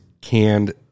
canned